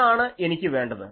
ഇതാണ് എനിക്ക് വേണ്ടത്